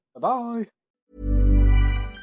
Bye-bye